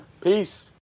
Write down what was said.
Peace